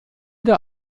der